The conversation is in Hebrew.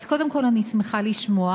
אז קודם כול אני שמחה לשמוע.